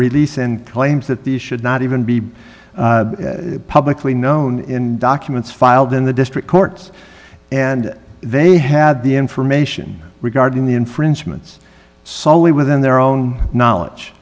release and claims that these should not even be publicly known in documents filed in the district courts and they had the information regarding the infringements solely within their own knowledge